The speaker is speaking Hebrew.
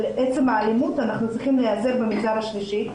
עצם האלימות אנחנו צריכים להיעזר במגזר השלישי,